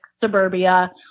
suburbia